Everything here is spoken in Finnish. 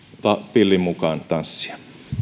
pillin mukaan tanssia